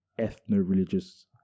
ethno-religious